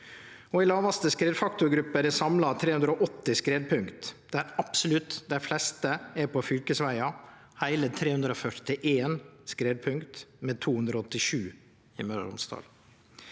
I lågaste skredfaktorgruppe er det samla 380 skredpunkt der absolutt dei fleste er på fylkesvegar, heile 341 skredpunkt, med 287 av